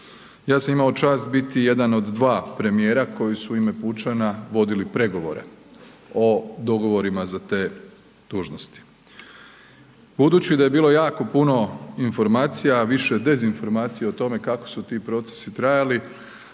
Ja sam imao čast biti jedan od dva premijera koji su u ime pučana vodili pregovore o dogovorima za te dužnosti. Budući da je bilo jako puno informacija, više dezinformacija o tome kako su ti procesi trajali,